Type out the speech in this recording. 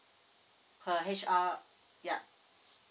her H_R ya